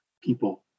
people